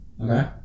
Okay